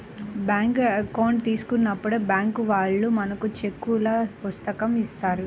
bank account తీసుకున్నప్పుడే bank వాళ్ళు మనకు చెక్కుల పుస్తకం ఇత్తారు